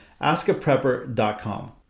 askaprepper.com